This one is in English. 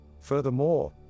Furthermore